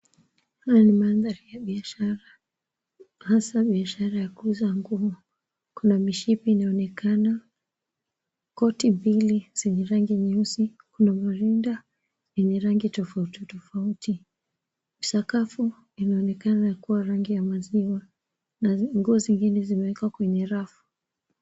Haya ni mandhari ya biashara, hasa biashara ya kuuza nguo. Kuna mishipi inayoonekana, koti mbili zenye rangi nyeusi, kuna marinda yenye rangi tofauti tofauti, sakafu inaonekana kuwa rangi ya maziwa na nguo zingine zimewekwa kwenye rafu.